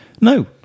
No